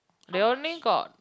they only got